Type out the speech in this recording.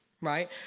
right